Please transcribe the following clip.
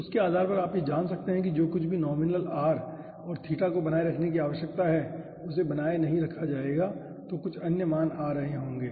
तो उसके आधार पर आप यह जान सकते हैं कि जो कुछ भी नॉमिनल r और थीटा को बनाए रखने की आवश्यकता है उसे बनाए नहीं रखा जाएगा तो कुछ अन्य मान आ रहे होंगे